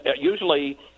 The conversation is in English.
usually